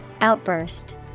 Outburst